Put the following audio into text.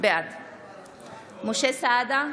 בעד משה סעדה,